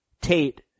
Tate